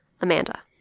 Amanda